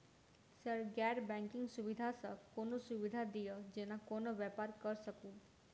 Sir गैर banking सुविधा सँ कोनों सुविधा दिए जेना कोनो व्यापार करऽ सकु?